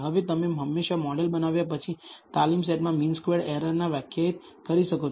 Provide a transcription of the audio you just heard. હવે તમે હંમેશાં મોડેલ બનાવ્યા પછી તાલીમ સેટમાં મીન સ્ક્વેર્ડ એરરને વ્યાખ્યાયિત કરી શકો છો